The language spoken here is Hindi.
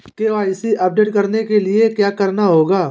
के.वाई.सी अपडेट करने के लिए क्या करना होगा?